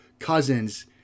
cousins